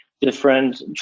different